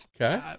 Okay